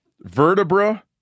Vertebra